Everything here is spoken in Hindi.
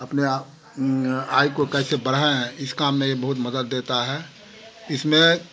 अपने आय को कैसे बढ़ाएँ इस काम में ये बहुत मदद देता है इसमें